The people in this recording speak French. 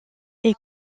est